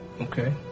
okay